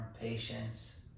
patience